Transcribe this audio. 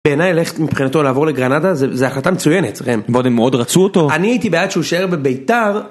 בעיניי ללכת מבחינתו לעבור לגרנדה זה, זה החלטה מצויינת אצלכם. ועוד הם מאוד רצו אותו. אני הייתי בעד שהוא יישאר בבית"ר